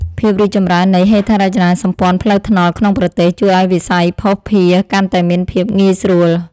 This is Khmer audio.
ភាពរីកចម្រើននៃហេដ្ឋារចនាសម្ព័ន្ធផ្លូវថ្នល់ក្នុងប្រទេស ជួយឱ្យវិស័យភស្តុភារកាន់តែមានភាពងាយស្រួល។